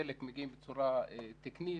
חלק מגיעים בצורה תקנית